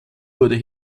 wurde